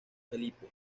felipe